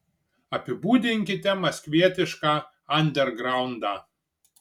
apibūdinkite maskvietišką andergraundą